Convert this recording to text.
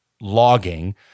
logging